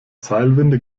seilwinde